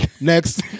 Next